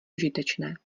užitečné